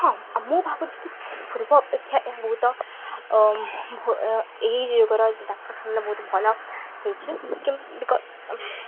ହଁ ମୁଁ ଭାବୁଛି କି ପୂର୍ବ ଅପେକ୍ଷା ଏହା ବହୁତ ଏହି ଯୁଗର ଡାକ୍ତରଖାନା ବହୁତ ଭଲ ହୋଇଛିି